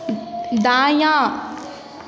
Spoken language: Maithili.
दायाँ